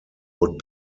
would